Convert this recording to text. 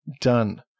done